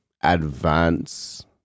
advance